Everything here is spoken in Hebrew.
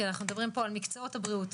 כי אנחנו מדברים פה על מקצועות הבריאות,